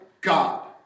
God